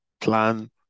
plan